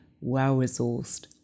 well-resourced